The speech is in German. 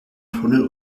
tunnel